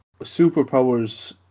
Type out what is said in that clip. superpowers